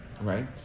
Right